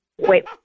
Wait